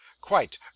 Quite